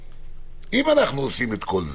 אם אנחנו עושים את כל זה,